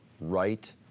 right